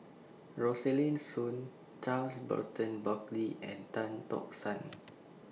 Rosaline Soon Charles Burton Buckley and Tan Tock San